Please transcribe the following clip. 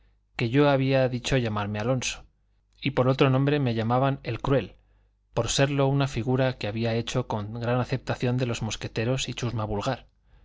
que yo había dicho llamarme alonso y por otro nombre me llamaban el cruel por serlo una figura que había hecho con gran aceptación de los mosqueteros y chusma vulgar